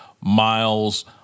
Miles